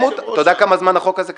אתה יודע כמה זמן החוק הזה קיים?